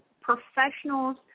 professionals